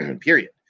period